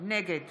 נגד